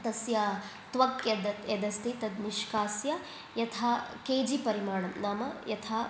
तस्याः त्वक् यत् यदस्ति तत् निष्कास्य यथा के जि परिमाणं नाम यथा